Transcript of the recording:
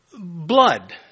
Blood